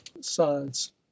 sides